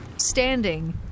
standing